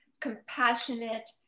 compassionate